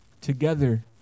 Together